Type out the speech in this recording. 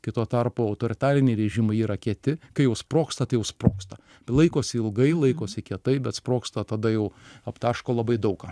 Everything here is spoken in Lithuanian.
kai tuo tarpu autoritariniai režimai yra kieti kai jau sprogsta tai jau sprogsta laikosi ilgai laikosi kietai bet sprogsta tada jau aptaško labai daug ką